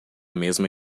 mesma